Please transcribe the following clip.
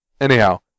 Anyhow